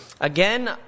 Again